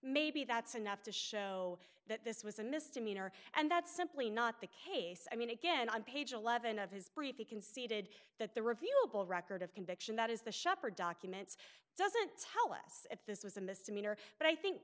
maybe that's enough to show that this was a misdemeanor and that's simply not the case i mean again on page eleven of his brief he conceded that the repeal bill record of conviction that is the shepherd documents doesn't tell us if this was a misdemeanor but i think